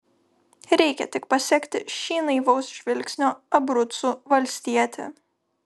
reikia tik pasekti šį naivaus žvilgsnio abrucų valstietį